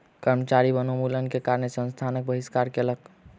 कर्मचारी वनोन्मूलन के कारण संस्थानक बहिष्कार कयलक